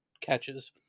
Catches